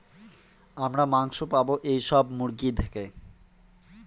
আমরা মাংস পাবো এইসব মুরগি থেকে